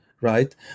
right